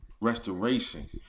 restoration